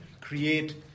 create